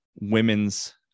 women's